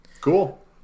Cool